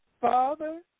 Father